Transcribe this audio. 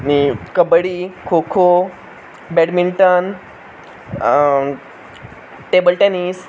kabaddi kho kho badminton table tennis